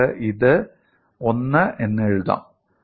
നിങ്ങൾക്ക് ഇത് 1 എന്ന് എഴുതാം